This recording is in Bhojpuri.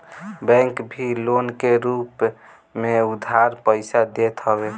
बैंक भी लोन के रूप में उधार पईसा देत हवे